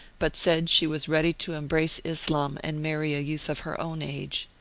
but said she was ready to embrace islam and marry a youth of her own age.